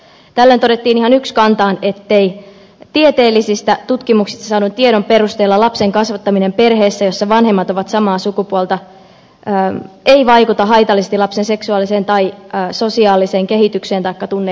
tällöin todettiin ihan ykskantaan ettei tieteellisistä tutkimuksista saadun tiedon perusteella lapsen kasvattaminen perheessä jossa vanhemmat ovat samaa sukupuolta vaikuta haitallisesti lapsen seksuaaliseen tai sosiaaliseen kehitykseen taikka tunne elämään ja käyttäytymiseen